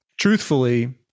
truthfully